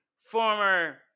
former